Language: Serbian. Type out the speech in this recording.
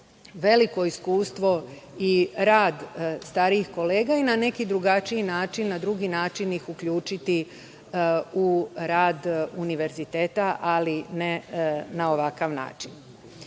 veliko iskustvo i rad starijih kolega i na neki drugačiji način, drugi način ih uključiti u rad univerziteta, ali ne na ovakav način. Pošto